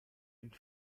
une